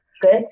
good